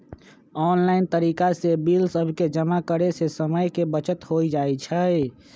online तरिका से bill सभके जमा करे से समय के बचत हो जाइ छइ